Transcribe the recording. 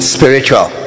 Spiritual